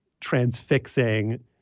transfixing